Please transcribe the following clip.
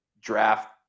draft